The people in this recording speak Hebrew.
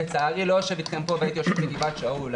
לצערי לא יושב איתכם והייתי יושב בגבעת שאול.